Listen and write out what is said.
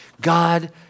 God